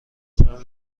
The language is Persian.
تان